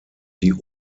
die